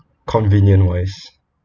convenient wise